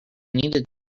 needed